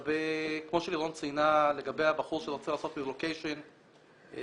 כפי שלירון ציינה לגבי הבחור שרוצה לעשות רילוקיישן לחו"ל,